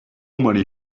many